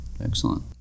Excellent